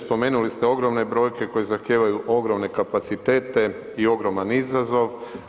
Spomenuli ste ogromne brojke koje zahtijevaju ogromne kapacitete i ogroman izazov.